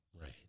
Right